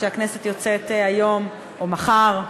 כשהכנסת יוצאת היום או מחר,